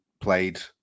played